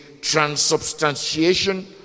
transubstantiation